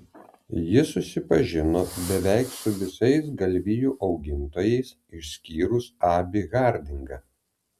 ji susipažino beveik su visais galvijų augintojais išskyrus abį hardingą